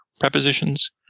prepositions